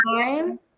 Time